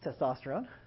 testosterone